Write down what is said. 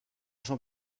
jean